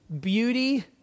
beauty